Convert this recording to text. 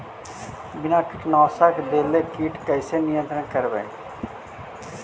बिना कीटनाशक देले किट कैसे नियंत्रन करबै?